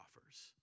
offers